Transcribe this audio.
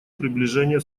приближение